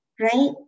Right